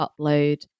upload